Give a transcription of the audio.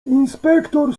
inspektor